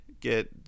get